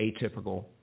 atypical